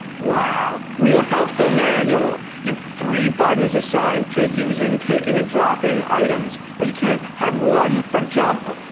wow, real helpful manual. you have three buttons assigned to using, taking and dropping items. but you can't have one for jump?